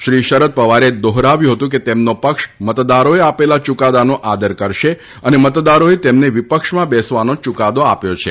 શ્રી શરદ પવારે દોહરાવ્યું હતું કે તેમનો પક્ષ મતદારોએ આપેલા યૂકાદાનો આદર કરશે અને મતદારોએ તેમને વિપક્ષમાં બેસવાનો ચૂકાદો આપ્યો છે